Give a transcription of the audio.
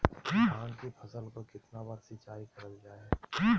धान की फ़सल को कितना बार सिंचाई करल जा हाय?